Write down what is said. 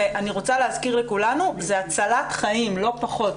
אני רוצה להזכיר לכולנו, זה הצלת חיים, לא פחות.